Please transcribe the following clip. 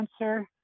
answer